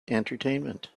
entertainment